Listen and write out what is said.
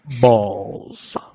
Balls